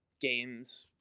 games